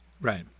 Right